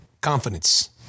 Confidence